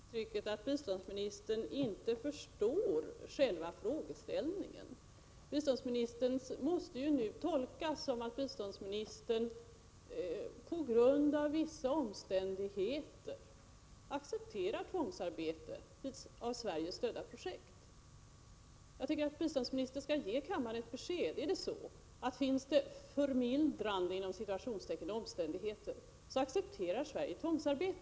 Herr talman! Jag får intrycket att biståndsministern inte förstår själva frågeställningen. Hennes inlägg måste ju tolkas som att biståndsministern på grund av vissa omständigheter accepterar tvångsarbete i av Sverige stödda projekt. Jag tycker att biståndsministern skall ge kammaren ett besked: Är det så att om det finns ”förmildrande” omständigheter, då accepterar Sverige tvångsarbete?